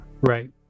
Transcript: Right